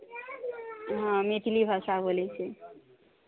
हँ मैथिली भाषा बोलै छै